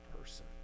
person